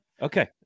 Okay